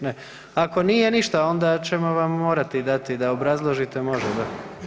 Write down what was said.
Ne, ako nije ništa onda ćemo vam morati dati da obrazložite može da.